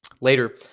Later